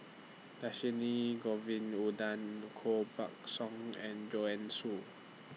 Dhershini Govin Winodan Koh Buck Song and Joanne Soo